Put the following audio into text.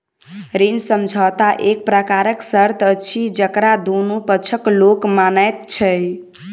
ऋण समझौता एक प्रकारक शर्त अछि जकरा दुनू पक्षक लोक मानैत छै